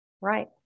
Right